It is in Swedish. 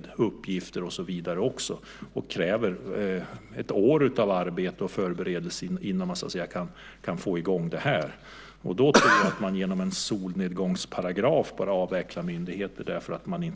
Det kräver ett år av arbete och förberedelser innan man kan få i gång det hela. Att ha en solnedgångsparagraf skulle innebära att man avvecklar myndigheter bara för att man